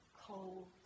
cold